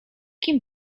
kim